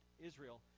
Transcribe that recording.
israel